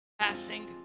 passing